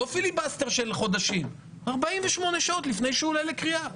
לא פיליבסטר של חודשים 48 שעות לפני שהוא עולה לקריאה.